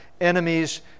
enemies